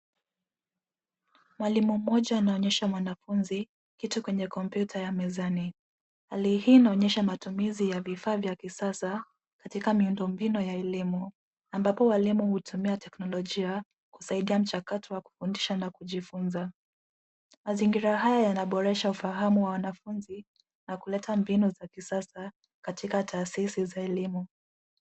Mwalimu mmoja anaonyesha mwanafunzi kitu kwenye kompyuta ya mezani. Hali hii inaonyesha matumizi ya vifaa vya kisasa katika miundo mbinu ya elimu, ambapo walimu hutumia teknolojia kusaidia mchakato wa kufundisha na kujifunza. Mazingira haya yanaboresha ufahamu wa wanafunzi na kuleta mbinu za kisasa katika taasisi za elimu.